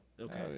Okay